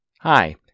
Hi